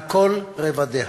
על כל רבדיה.